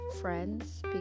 friends